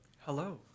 Hello